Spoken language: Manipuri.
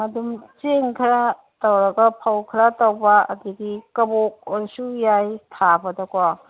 ꯑꯗꯨꯝ ꯆꯦꯡ ꯈꯔ ꯇꯧꯔꯒ ꯐꯧ ꯈꯔ ꯇꯧꯕ ꯑꯗꯒꯤ ꯀꯕꯣꯛ ꯑꯣꯏꯔꯁꯨ ꯌꯥꯏ ꯊꯥꯕꯗꯀꯣ